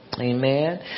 Amen